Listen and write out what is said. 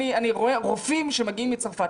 אני רואה רופאים שמגיעים מצרפת.